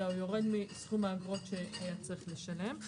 אלא הוא יורד מסכום האגרות שהיה צריך לשלם,